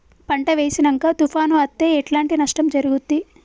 పంట వేసినంక తుఫాను అత్తే ఎట్లాంటి నష్టం జరుగుద్ది?